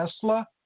Tesla